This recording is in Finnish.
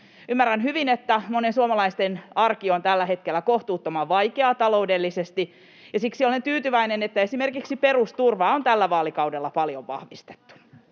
Ymmärrän hyvin, että monen suomalaisen arki on tällä hetkellä kohtuuttoman vaikeaa taloudellisesti, ja siksi olen tyytyväinen, että esimerkiksi perusturvaa on tällä vaalikaudella paljon vahvistettu.